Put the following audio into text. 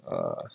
err